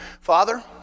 Father